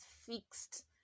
fixed